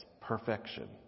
perfection